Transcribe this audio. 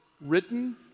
written